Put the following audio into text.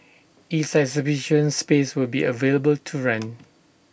its exhibition space will be available to rent